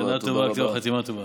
שנה טובה, כתיבה וחתימה טובה.